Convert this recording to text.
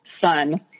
son